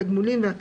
בן